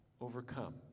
overcome